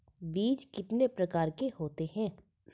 बीज कितने प्रकार के होते हैं?